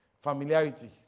Familiarity